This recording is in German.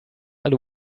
alle